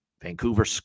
Vancouver